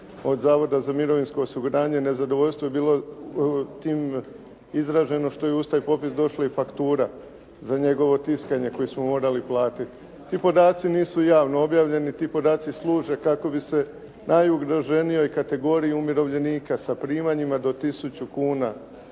od Zavoda za mirovinsko osiguranje. Nezadovoljstvo je bilo tim izraženo što je uz taj popis došla i faktura za njegovo tiskanje koju smo morali platiti. Ti podaci nisu javno objavljeni, ti podaci služe kako bi se najugroženijoj kategoriji umirovljenika sa primanjima do tisuću kuna